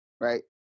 right